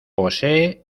posee